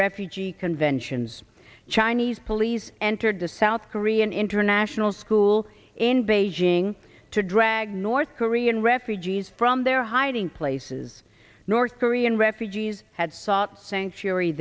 refugee conventions chinese police entered the south korean international school in beijing to drag north korean refugees from their hiding places north korean refugees had sought sa